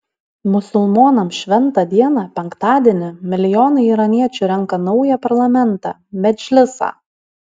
musulmonams šventą dieną penktadienį milijonai iraniečių renka naują parlamentą medžlisą